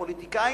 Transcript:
הפוליטיקאים,